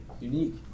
unique